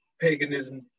paganism